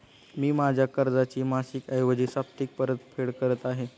मी माझ्या कर्जाची मासिक ऐवजी साप्ताहिक परतफेड करत आहे